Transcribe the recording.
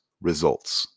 results